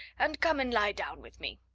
and come and lie down with me.